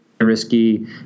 risky